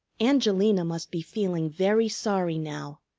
angelina must be feeling very sorry now.